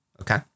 Okay